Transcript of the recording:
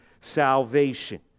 salvation